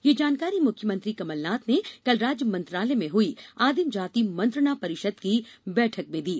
यह जानकारी मुख्यमंत्री कमल नाथ ने कल राज्य मंत्रालय में हुई आदिम जाति मंत्रणा परिषद की बैठक में दी